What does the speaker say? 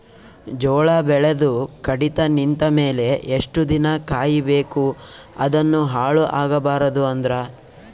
ಜೋಳ ಬೆಳೆದು ಕಡಿತ ನಿಂತ ಮೇಲೆ ಎಷ್ಟು ದಿನ ಕಾಯಿ ಬೇಕು ಅದನ್ನು ಹಾಳು ಆಗಬಾರದು ಅಂದ್ರ?